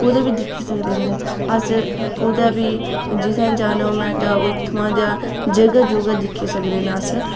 कुतै बी दिक्खी सकदे न अस कुदै बी जाना जित्थै होऐ में ते उत्थुआं दा जगह् जुगह् दिक्खी सकदे न अस